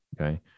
okay